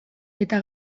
eta